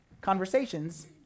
conversations